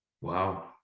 Wow